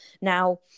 Now